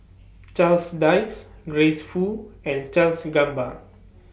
Charles Dyce Grace Fu and Charles Gamba